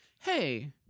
hey